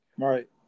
Right